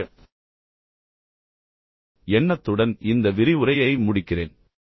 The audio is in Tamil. எனவே அந்த எண்ணத்துடன் இந்த விரிவுரையை முடிக்கிறேன்